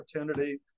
opportunity